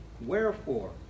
wherefore